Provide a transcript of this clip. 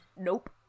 Nope